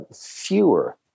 fewer